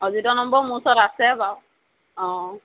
অজিতৰ number মোৰ ওচৰত আছে বাৰু অঁ